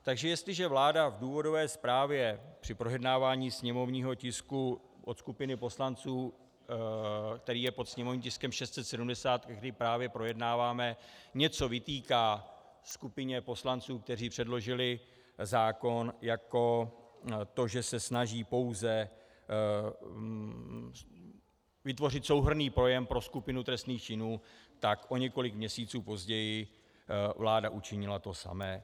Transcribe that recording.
Takže jestliže vláda v důvodové zprávě při projednávání sněmovního tisku od skupiny poslanců, který je pod sněmovním tiskem 670, který právě projednáváme, něco vytýká skupině poslanců, kteří předložili zákon, jako to, že se snaží pouze vytvořit souhrnný pojem pro skupinu trestných činů, tak o několik měsíců později vláda učinila to samé.